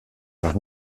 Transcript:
noch